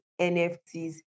NFTs